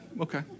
okay